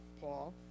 Paul